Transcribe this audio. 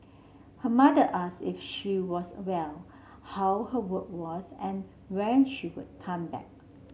her mother asked if she was well how her work was and when she would come back